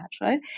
right